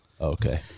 Okay